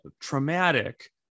traumatic